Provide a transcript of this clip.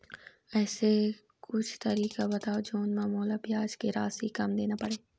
ऐसे कुछू तरीका बताव जोन म मोला ब्याज के राशि कम देना पड़े?